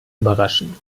überraschen